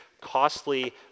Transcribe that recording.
costly